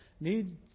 need